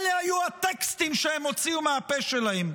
אלה היו הטקסטים שהם הוציאו מהפה שלכם,